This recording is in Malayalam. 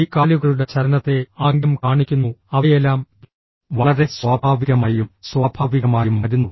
കൈ കാലുകളുടെ ചലനത്തെ ആംഗ്യം കാണിക്കുന്നു അവയെല്ലാം വളരെ സ്വാഭാവികമായും സ്വാഭാവികമായും വരുന്നു